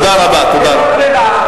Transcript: תודה רבה, תודה רבה.